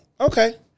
Okay